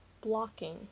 blocking